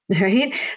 right